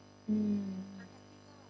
mm